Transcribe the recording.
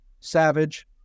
Savage